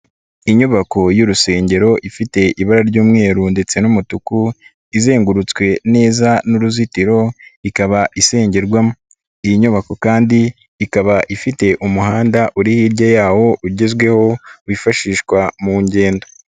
Inyubako y'urusengero ifite ibara ry'umweru ndetse n'umutuku izengurutswe neza n'uruzitiro ikaba isengerwamo, iyi nyubako kandi ikaba ifite umuhanda uri hirya yawo ugezweho wifashishwa mu ngendo.